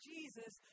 Jesus